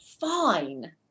fine